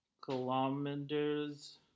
kilometers